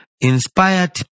Inspired